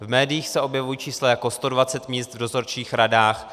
V médiích se objevují čísla jako 120 míst v dozorčích radách.